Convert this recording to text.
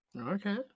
Okay